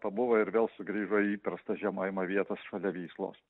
pabuvo ir vėl sugrįžo įprastą žiemojimo vietą šalia vyslos